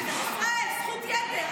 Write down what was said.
לך יש זכויות יתר.